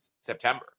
September